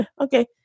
okay